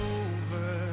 over